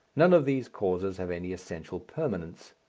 none of these causes have any essential permanence.